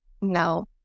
No